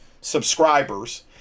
subscribers